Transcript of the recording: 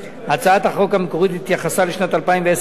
הצעת החוק המקורית התייחסה לשנת 2010 בלבד,